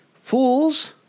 Fools